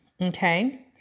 Okay